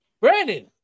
brandon